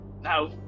Now